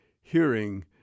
hearing